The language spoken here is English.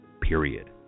Period